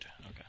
Okay